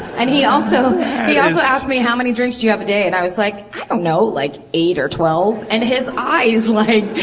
and he also he also asked me, how many drinks do you have a day and i was like, i don't know, like, eight or twelve! and his eyes, like.